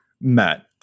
Matt